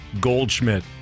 Goldschmidt